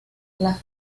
las